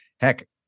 heck